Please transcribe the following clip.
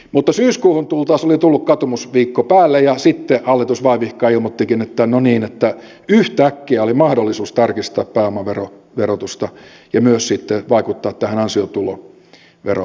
siis syyskuuhun tul taessa oli tullut katumusviikko päälle ja sitten hallitus vaivihkaa ilmoittikin että no niin yhtäkkiä oli mahdollisuus tarkistaa pääomaverotusta ja myös sitten vaikuttaa tähän ansiotuloveroasteikkoon